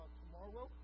tomorrow